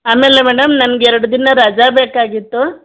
ಆಮೇಲೆ ಮೇಡಮ್ ನನ್ಗೆ ಎರಡು ದಿನ ರಜೆ ಬೇಕಾಗಿತ್ತು